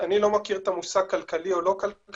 אני לא מכיר את המושג "כלכלי" או "לא כלכלי",